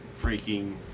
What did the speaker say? freaking